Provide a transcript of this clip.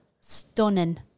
stunning